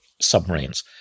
submarines